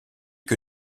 que